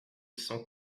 cent